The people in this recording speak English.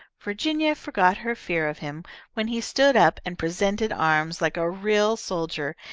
virginia forgot her fear of him when he stood up and presented arms like a real soldier,